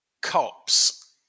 cops